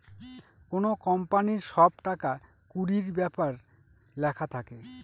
কোনো কোম্পানির সব টাকা কুড়ির ব্যাপার লেখা থাকে